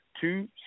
two